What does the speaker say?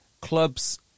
clubs